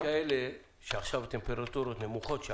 במדינות שבהן עכשיו הטמפרטורות נמוכות,